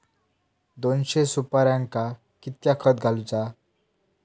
दोनशे सुपार्यांका कितक्या खत घालूचा?